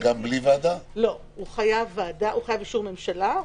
הוא חייב אישור ממשלה,